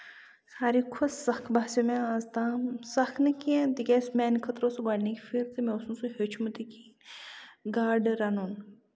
ساروی کھۄتہٕ سَخ باسیو مےٚ آز تام سَخ نہٕ کیٚنہہ تِکیازِ میانہِ خٲطرٕ اوس گۄٕنِکۍ پھِرِ تہٕ مےٚ اوس نہٕ ہیوٚچھمُت تہِ کِہیٖنۍ گاڈٕ رَنُن